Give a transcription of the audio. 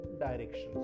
directions